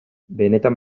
benetan